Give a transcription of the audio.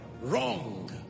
wrong